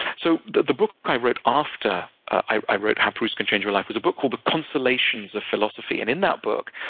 so the the book i wrote after i wrote how proust can change your life is a book called the constellations of philosophy. and in that book,